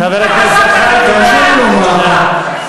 חוצפה זו הצעת החוק שלכם, לא ההצעה שלי.